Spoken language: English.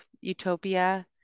utopia